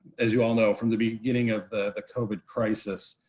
as you all know, from the beginning of the covid crisis,